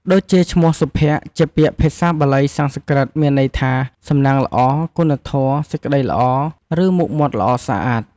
ដូចជាឈ្មោះ សុភ័ក្រ្ត ជាពាក្យភាសាបាលីសំស្ក្រឹតមានន័យថា សំណាងល្អ គុណធម៌ សេចក្ដីល្អ ឬមុខមាត់ល្អស្អាត។